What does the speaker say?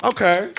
Okay